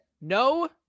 no